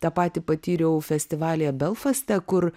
tą patį patyriau festivalyje belfaste kur